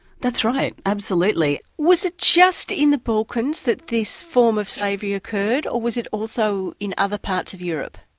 that's right, absolutely. was it just in the balkans that this form of slavery occurred? or was it also in other parts of europe?